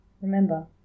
Remember